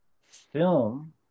film